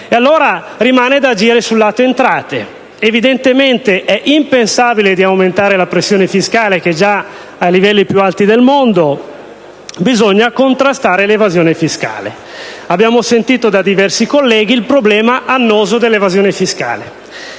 Allora, rimane da agire sul lato delle entrate. Poiché è impensabile aumentare la pressione fiscale, che è già ai livelli più alti del mondo, bisogna contrastare l'evasione fiscale. Abbiamo sentito da diversi colleghi richiamare il problema annoso dell'evasione fiscale.